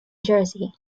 jersey